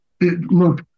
look